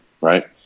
Right